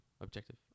objective